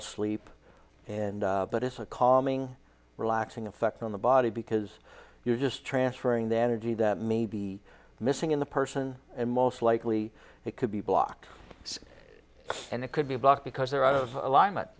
fall sleep and but it's a calming relaxing effect on the body because you're just transferring the energy that may be missing in the person and most likely it could be blocked and it could be blocked because they're out of alignment